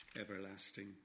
everlasting